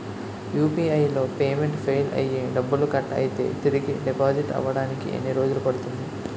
UPI లో payment fail అయ్యి డబ్బులు కట్ అయితే తిరిగి డిపాజిట్ అవ్వడానికి ఎన్ని రోజులు పడుతుంది?